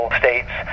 states